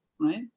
right